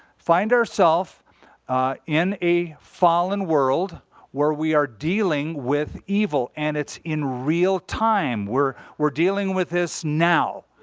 find ourself in a fallen world where we are dealing with evil. and it's in real time. we're we're dealing with this now,